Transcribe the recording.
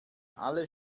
alle